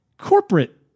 Corporate